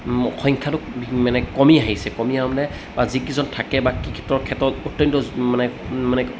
সংখ্যাটো মানে কমি আহিছে কমি অহা মানে বা যিকেইজন থাকে বা কি ক্ষেত্ৰৰ ক্ষেত অত্যন্ত মানে মানে